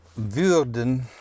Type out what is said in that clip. würden